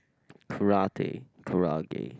karate karaage